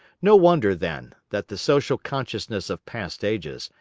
no wonder, then, that the social consciousness of past ages,